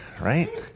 right